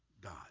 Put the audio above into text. God